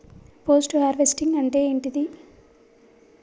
Post harvesting అంటే ఏంటిది?